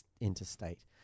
interstate